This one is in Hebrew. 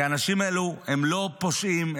כי האנשים האלה הם לא פושעים,